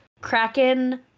Kraken